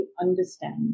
understand